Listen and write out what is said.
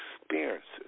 experiences